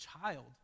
child